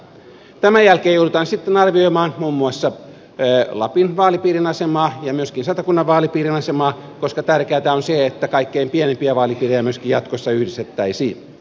tämän jälkeen joudutaan sitten arvioimaan muun muassa lapin vaalipiirin asemaa ja myöskin satakunnan vaalipiirin asemaa koska tärkeätä on se että kaikkein pienimpiä vaalipiirejä myöskin jatkossa yhdistettäisiin